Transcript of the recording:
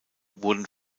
wurden